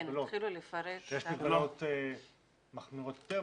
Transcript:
יש מגבלות מחמירות יותר,